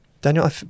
Daniel